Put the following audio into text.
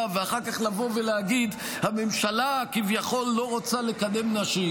ואחר כך לבוא ולהגיד "הממשלה כביכול לא רוצה לקדם נשים"?